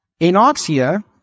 Anoxia